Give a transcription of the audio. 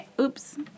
oops